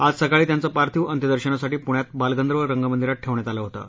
आज सकाळी त्यांचं पार्थिव अंत्यदर्शनासाठी पुण्यात बालगंधर्व रंगमंदिरात ठक्षियात आलं होतं